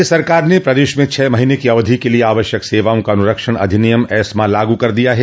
राज्य सरकार ने प्रदेश में छह महीने की अवधि के लिये आवश्यक सेवाओं का अनुरक्षण अधिनियम एस्मा लागू कर दिया है